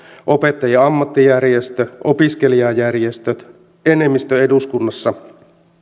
opettajien ammattijärjestö opiskelijajärjestöt enemmistö